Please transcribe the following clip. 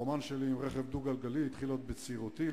הרומן שלי עם רכב דו-גלגלי התחיל עוד בצעירותי,